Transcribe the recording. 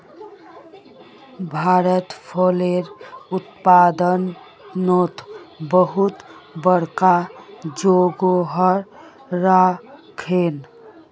भारत फलेर उत्पादनोत बहुत बड़का जोगोह राखोह